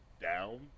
down